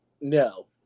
No